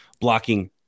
blocking